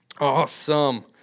Awesome